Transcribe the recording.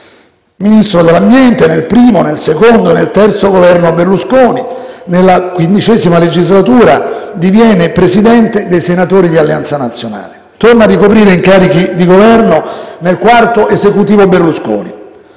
Ministro dell'ambiente nel primo, secondo e terzo Governo Berlusconi, nella XV legislatura diviene Presidente dei senatori di Alleanza Nazionale. Torna a ricoprire incarichi di Governo nel quarto Esecutivo Berlusconi,